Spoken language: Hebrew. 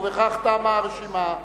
ובכך תמה הרשימה.